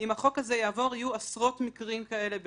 אם החוק הזה יעבור יהיו עוד עשרות מקרים כאלה ביום.